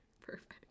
Perfect